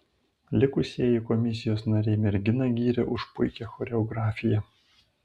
likusieji komisijos nariai merginą gyrė už puikią choreografiją